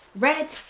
red,